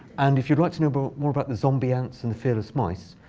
and if you'd like to know but more about the zombie ants and fearless mice,